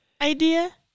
idea